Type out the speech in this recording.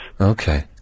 Okay